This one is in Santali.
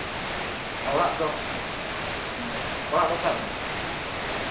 ᱚᱲᱟᱜ ᱫᱚ ᱦᱚᱸ ᱚᱲᱟᱜ ᱫᱚ ᱚᱠᱟᱨᱮ